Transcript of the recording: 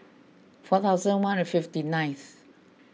four thousand one hundred and fifty nineth